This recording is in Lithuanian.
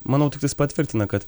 manau tiktais patvirtina kad